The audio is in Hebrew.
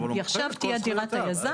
היא עכשיו תהיה דירת היזם.